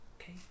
Okay